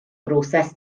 broses